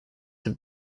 have